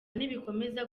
nibikomeza